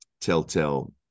telltale